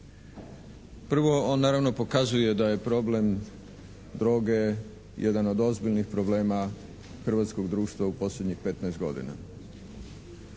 Prvo, on naravno pokazuje da je problem droge jedan od ozbiljnih problema hrvatskog društva u posljednjih 15 godina.